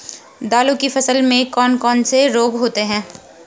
दालों की फसल में कौन कौन से रोग होते हैं?